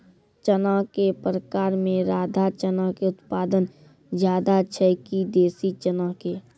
चना के प्रकार मे राधा चना के उत्पादन ज्यादा छै कि देसी चना के?